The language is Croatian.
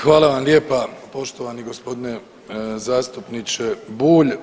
Hvala vam lijepa poštovani gospodine zastupniče Bulj.